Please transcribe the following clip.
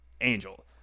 Angel